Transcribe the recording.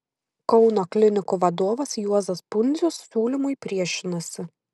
kauno klinikų vadovas juozas pundzius siūlymui priešinasi